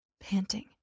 panting